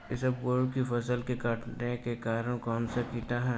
इसबगोल की फसल के कटने का कारण कौनसा कीट है?